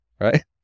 right